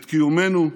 את קיומנו,